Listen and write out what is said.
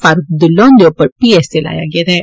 फारूक अब्दुल्ला हुंदे उप्पर पीएसए लाया गेदा ऐ